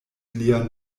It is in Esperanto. lia